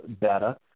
data